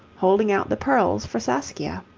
holding out the pearls for saskia.